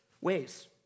ways